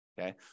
okay